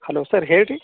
hello sir ಹೇಳಿರಿ